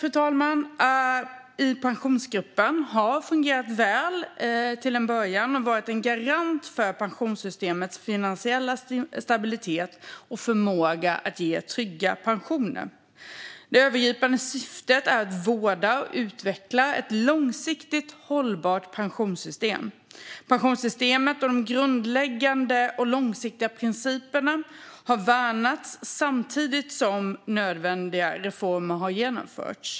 Samarbetet i Pensionsgruppen fungerade väl till en början och har varit en garant för pensionssystemets finansiella stabilitet och förmåga att ge trygga pensioner. Det övergripande syftet är att vårda och utveckla ett långsiktigt hållbart pensionssystem. Pensionssystemet och de grundläggande och långsiktiga principerna har värnats samtidigt som nödvändiga reformer har genomförts.